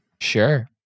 Sure